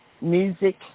music